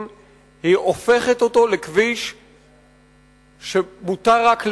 הופכת אותו לכביש שמותר רק ליהודים,